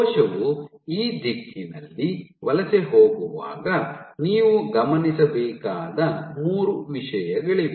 ಕೋಶವು ಈ ದಿಕ್ಕಿನಲ್ಲಿ ವಲಸೆ ಹೋಗುವಾಗ ನೀವು ಗಮನಿಸಬೇಕಾದ ಮೂರು ವಿಷಯಗಳಿವೆ